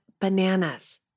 bananas